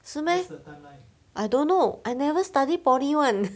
是 meh I don't know I never study poly [one]